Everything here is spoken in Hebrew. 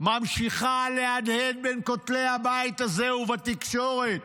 ממשיכה להדהד בין כותלי הבית הזה ובתקשורת.